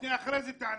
אחרי זה תענה.